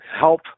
help